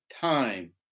time